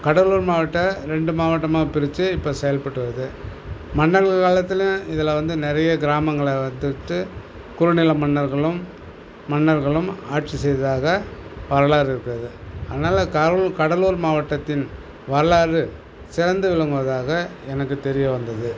கடலூர் மாவட்ட ரெண்டு மாவட்டமாக பிரித்து இப்போ செயல்பட்டு வருது மன்னர்கள் காலத்தில் இதில் வந்து நிறைய கிராமங்களை வந்துட்டு குறுநில மன்னர்களும் மன்னர்களும் ஆட்சி செய்ததாக வரலாறு இருக்கிறது அதனால் கடலூர் கடலூர் மாவட்டத்தின் வரலாறு சிறந்து விளங்குவதாக எனக்கு தெரிய வந்தது